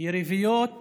יריבויות